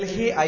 Delhi I